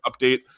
update